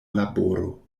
laboro